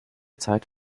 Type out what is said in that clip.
zeit